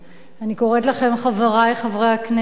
חברי חברי הכנסת,